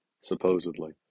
supposedly